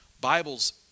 Bibles